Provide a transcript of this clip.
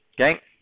okay